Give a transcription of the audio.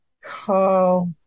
call